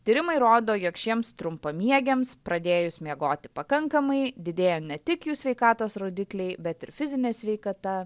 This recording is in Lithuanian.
tyrimai rodo jog šiems trumpamiegiams pradėjus miegoti pakankamai didėja ne tik jų sveikatos rodikliai bet ir fizinė sveikata